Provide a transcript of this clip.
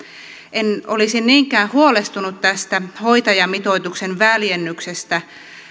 en olisi niinkään huolestunut tästä hoitajamitoituksen väljennyksestä